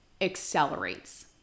accelerates